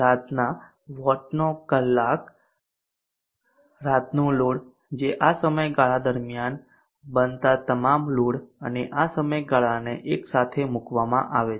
રાતના વોટનો કલાક રાતનો લોડ જે આ સમયગાળા દરમિયાન બનતા તમામ લોડ અને આ સમયગાળાને એકસાથે મૂકવામાં આવે છે